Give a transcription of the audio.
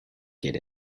get